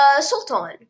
sultan